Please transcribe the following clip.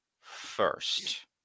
first